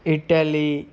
Italy